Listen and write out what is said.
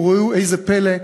וראו איזה פלא,